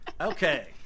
Okay